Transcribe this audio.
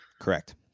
Correct